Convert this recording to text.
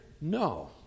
No